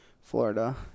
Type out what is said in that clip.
Florida